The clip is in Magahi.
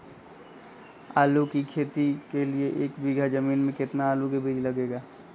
आलू की खेती के लिए एक बीघा जमीन में कितना आलू का बीज लगेगा?